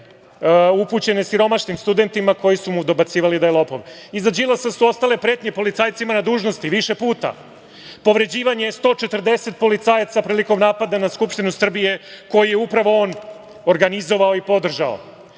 upućene siromašnim studentima koji su mu dobacivali da je lopov. Iza Đilasa su ostale pretnje policajcima na dužnosti više puta, povređivanje 140 policajaca prilikom napada na Skupštinu Srbije, koje je upravo on organizovao i podržao.